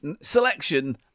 selection